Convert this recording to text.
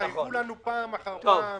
התחייבו לנו פעם אחר פעם